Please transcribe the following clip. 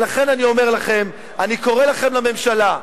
ולכן אני אומר לכם, אני קורא לכם, לממשלה,